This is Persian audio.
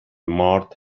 مارت